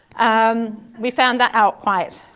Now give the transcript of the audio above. um we found that out quietly.